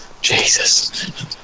jesus